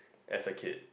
as a kid